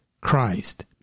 Christ